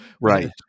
Right